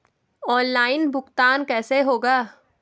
Online भुगतान कैसे होगा?